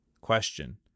Question